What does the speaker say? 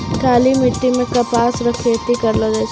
काली मिट्टी मे कपास रो खेती करलो जाय छै